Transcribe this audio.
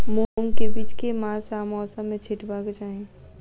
मूंग केँ बीज केँ मास आ मौसम मे छिटबाक चाहि?